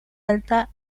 alta